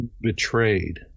betrayed